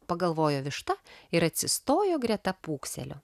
pagalvojo višta ir atsistojo greta pūkselio